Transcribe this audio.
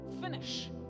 finish